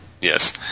Yes